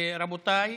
רבותיי,